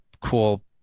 cool